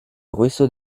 ruisseau